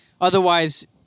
Otherwise